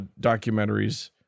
documentaries